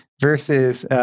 Versus